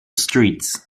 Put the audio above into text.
streets